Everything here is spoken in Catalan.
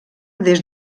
des